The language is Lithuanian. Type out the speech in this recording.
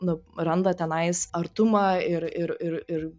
nu randa tenais artumą ir ir ir ir